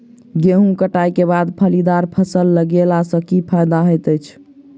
गेंहूँ कटाई केँ बाद फलीदार फसल लगेला सँ की फायदा हएत अछि?